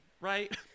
right